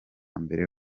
mbere